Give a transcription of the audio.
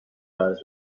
قرض